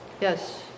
Yes